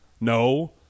No